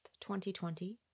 2020